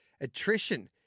Attrition